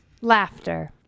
Laughter